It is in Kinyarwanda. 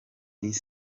this